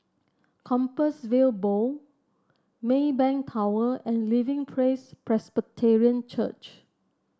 Compassvale Bow Maybank Tower and Living Praise Presbyterian Church